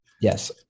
yes